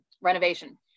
renovation